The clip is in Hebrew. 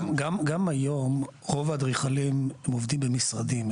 גם היום רוב האדריכלים הם עובדים במשרדים,